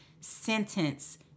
sentence